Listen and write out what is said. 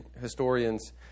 historians